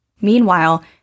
Meanwhile